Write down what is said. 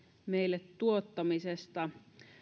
meille tuottamisesta